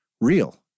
real